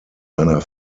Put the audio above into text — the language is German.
einer